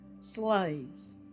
slaves